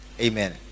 Amen